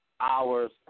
hours